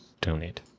donate